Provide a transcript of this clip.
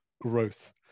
growth